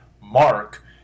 mark